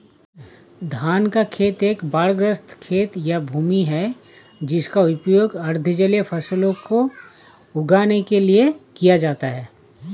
धान का खेत एक बाढ़ग्रस्त खेत या भूमि है जिसका उपयोग अर्ध जलीय फसलों को उगाने के लिए किया जाता है